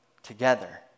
Together